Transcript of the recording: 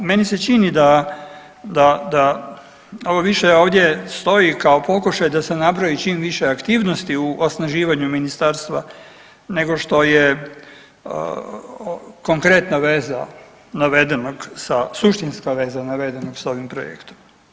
Meni se čini da ovo više ovdje stoji kao pokušaj da se nabroji čim više aktivnosti u osnaživanju ministarstva nego što je konkretna veza navedenog, suštinska veza navedenog sa ovim projektom.